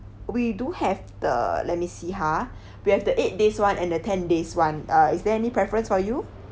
we do have the let me see ha we have the eight days [one] and the ten days [one] uh is there any preference for you